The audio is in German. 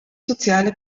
soziale